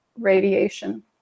radiation